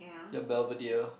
ya Belvedere